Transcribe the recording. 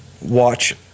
watch